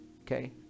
okay